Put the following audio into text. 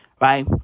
right